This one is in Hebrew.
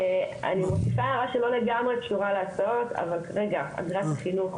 אני מוסיפה הערה שלא לגמרי קשורה להסעות: כרגע לאגרת תלמיד